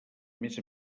més